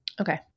Okay